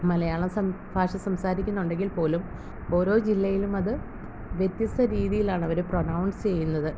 മലയാളം ഭാഷ സംസാരിക്കുന്നുണ്ടെങ്കിൽ പോലും ഓരോ ജില്ലയിലും അത് വ്യത്യസ്ത രീതിയിലാണ് അവർ പ്രൊനൗൺസ്സ് ചെയ്യുന്നത്